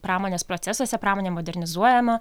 pramonės procesuose pramonė modernizuojama